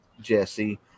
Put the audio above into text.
Jesse